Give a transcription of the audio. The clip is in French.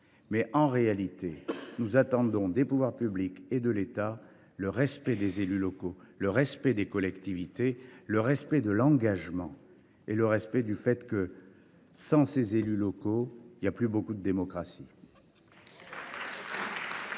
En réalité, nous attendons des pouvoirs publics et de l’État le respect des élus locaux, le respect des collectivités, le respect de l’engagement et le respect de cette réalité : sans ces élus locaux, il n’y a plus beaucoup de démocratie.